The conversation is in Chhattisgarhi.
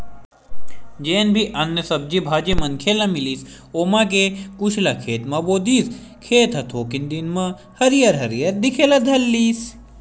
जेन भी अन्न, सब्जी भाजी मनखे ल मिलिस ओमा के कुछ ल खेत म बो दिस, खेत ह थोकिन दिन म हरियर हरियर दिखे ल धर लिस